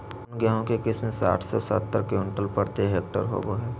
कौन गेंहू के किस्म साठ से सत्तर क्विंटल प्रति हेक्टेयर होबो हाय?